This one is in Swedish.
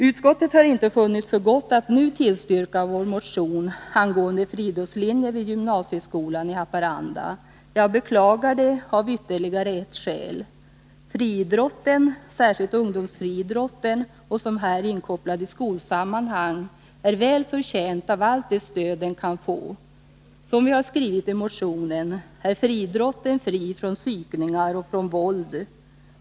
Utskottet har inte funnit för gott att nu tillstyrka vår motion angående friidrottslinje vid gymnasieskolan Tornedalsskolan i Haparanda. Jag beklagar det av ytterligare ett skäl: friidrotten, särskilt ungdomsfriidrotten — som här är inkopplad i skolsammanhang — är väl förtjänt av allt det stöd den kan få. Som vi har skrivit i motionen är friidrotten fri från psykningar och från våld.